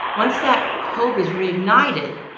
once that hope is reignited,